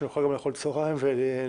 שנוכל לאכול ארוחת צהריים ולהתארגן,